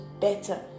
better